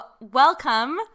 welcome